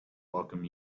welcome